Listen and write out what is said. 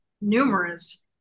numerous